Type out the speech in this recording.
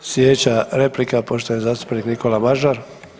Sljedeća replika poštovani zastupnik Nikola Mažar.